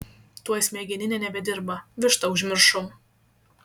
tuoj smegeninė nebedirba vištą užmiršau